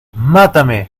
mátame